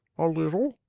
a little.